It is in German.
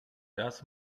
das